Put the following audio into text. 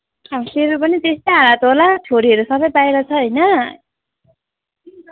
अब तेरो पनि त्यस्तै हालत होला छोरीहरू सबै बाहिर छ होइन